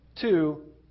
Two